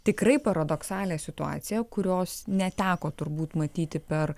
tikrai paradoksalią situaciją kurios neteko turbūt matyti per